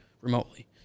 remotely